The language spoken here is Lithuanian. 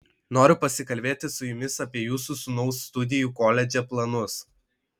noriu pasikalbėti su jumis apie jūsų sūnaus studijų koledže planus